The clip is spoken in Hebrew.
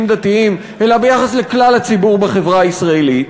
דתיים אלא ביחס לכלל הציבור בחברה הישראלית.